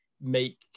make